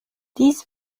dies